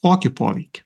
kokį poveikį